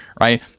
right